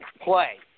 play